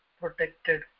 protected